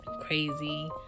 crazy